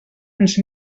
ens